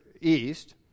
East